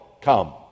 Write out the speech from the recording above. come